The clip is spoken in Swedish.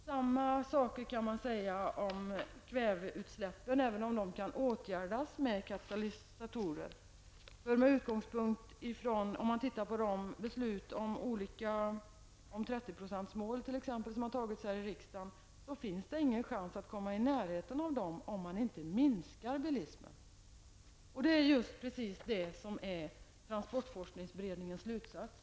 Samma sak kan sägas om kväveutsläppen, även om de kan åtgärdas med katalysatorer. Men det finns ingen chans att komma i närheten av de mål på detta område som har lagts fast av riksdagen om man inte minskar bilismen. Just detta är också transportforskningsberedningens slutsats.